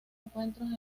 encuentros